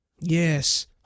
Yes